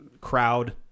crowd